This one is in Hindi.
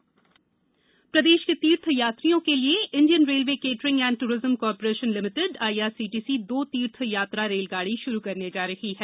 तीर्थ यात्रा प्रदेष के तीर्थ यात्रियों के लिए Indian railway catering and tourism corporation limited IRCTC दो तीर्थ यात्रा रेलगाड़ी शुरू करने जा रहा है